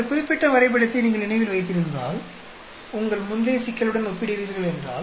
இந்த குறிப்பிட்ட வரைபடத்தை நீங்கள் நினைவில் வைத்திருந்தால் உங்கள் முந்தைய சிக்கலுடன் ஒப்பிடுகிறீர்கள் என்றால்